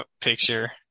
picture